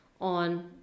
on